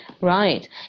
Right